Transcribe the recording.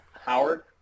Howard